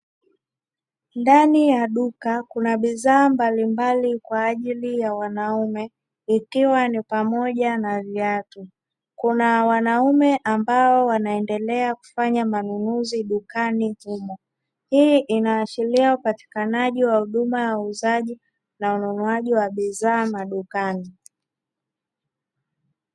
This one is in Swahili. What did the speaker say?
Ndani ya duka kuna bidhaa mbalimbali kwa ajili ya wanaume ikiwa ni pamoja na viatu, kuna wanaume ambao wanaendelea kufanya manunuzi dukani humo; hii inaashiria upatikanaji wa huduma ya uuzaji na ununuaji wa bidhaa madukani.